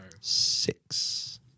Six